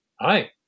hi